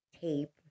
tape